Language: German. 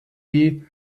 die